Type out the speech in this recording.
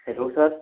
hello sir